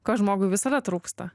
ko žmogui visada trūksta